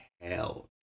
hell